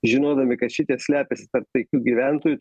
žinodami kad šitie slepiasi tarp taikių gyventojų